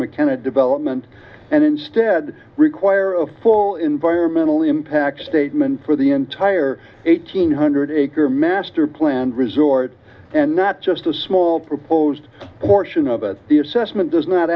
mckenna development and instead require a full environmental impact statement for the entire eighteen hundred acre master planned resort and not just a small proposed portion of the assessment does not